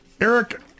Eric